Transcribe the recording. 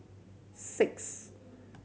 six